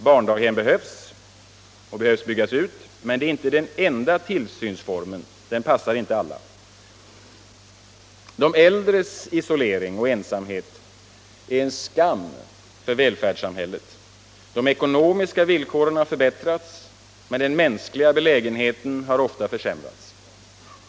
Barndaghem behövs, och de behöver byggas ut, men det är inte den enda tillsynsformen, och den passar inte alla. De äldres isolering och ensamhet är en skam för välfärdssamhället. De ekonomiska villkoren har förbättrats, men den mänskliga belägenheten har ofta försämrats.